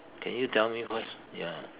can you tell me first ya